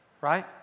Right